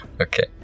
Okay